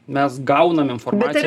mes gaunam informaciją